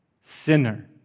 sinner